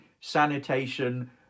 sanitation